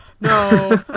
no